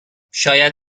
شاید